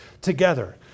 together